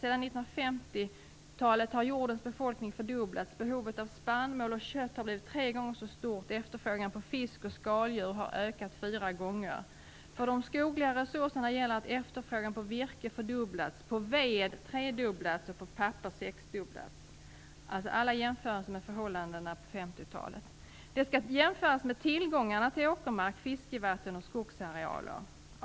Sedan 1950-talet har jordens befolkning fördubblats, behovet av spannmål och kött har blivit tre gånger så stort och efterfrågan på fisk och skaldjur har ökat fyra gånger. För de skogliga resurserna gäller att efterfrågan på virke fördubblats, på ved tredubblats och på papper sexdubblats - allt detta jämfört med förhållandena på Detta skall jämföras med tillgångarna på åkermark, fiskevatten och skogsarealer.